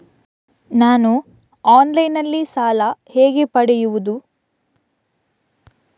ನಾನು ಆನ್ಲೈನ್ನಲ್ಲಿ ಸಾಲ ಹೇಗೆ ಪಡೆಯುವುದು?